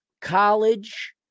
college